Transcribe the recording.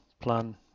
plan